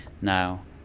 Now